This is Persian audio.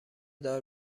دار